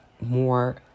more